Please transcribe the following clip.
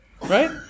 right